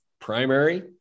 primary